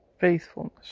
faithfulness